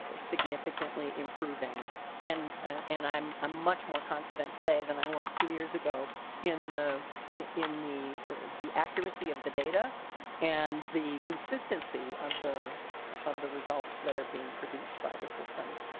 ah significantly improving and and i'm a much more confident today than i was two years ago in the in the the accuracy of the data data and the consistency of the of the results that are being produced by the system.